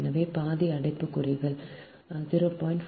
எனவே பாதி அடைப்புக்குறிக்குள் 0